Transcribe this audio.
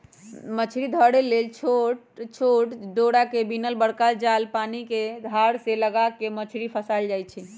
मछरी धरे लेल छोट छोट डोरा से बिनल बरका जाल पानिके धार पर लगा कऽ मछरी फसायल जाइ छै